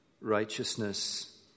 righteousness